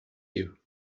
you